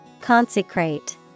Consecrate